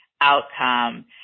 outcome